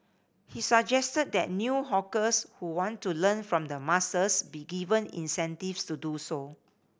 he suggested that new hawkers who want to learn from the masters be given incentives to do so